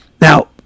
Now